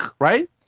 right